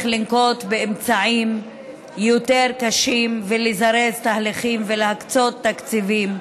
לנקוט אמצעים יותר קשים ולזרז תהליכים ולהקצות תקציבים.